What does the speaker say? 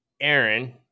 Aaron